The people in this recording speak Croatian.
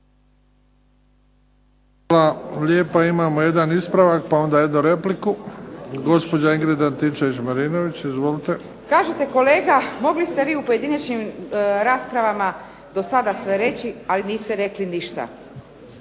Hvala lijepo. Imamo jedan ispravak pa onda jednu repliku. Gospođa Ingrid Antičević-Marinović. Izvolite. **Antičević Marinović, Ingrid (SDP)** Kažete kolega mogli ste vi u pojedinačnim raspravama do sada sve reći ali niste rekli ništa.